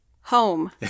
Home